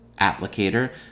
applicator